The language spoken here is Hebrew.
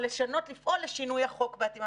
לפעול לשינוי החוק בעצם.